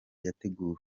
yateguwe